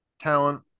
talent